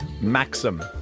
Maxim